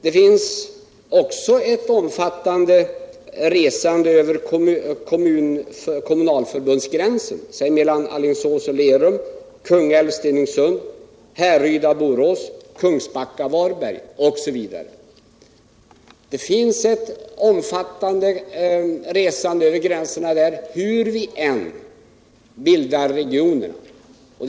Det finns också ett omfattande resande över kommunalförbundets gränser, mellan Alingsås och Lerum, Kungälv och Stenungsund, Härryda och Borås, Kungsbacka och Varberg osv. Det finns ett omfattande resande över gränserna där hur vi än bildar regionerna.